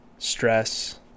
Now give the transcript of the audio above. Stress